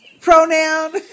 pronoun